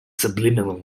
subliminal